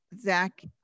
Zach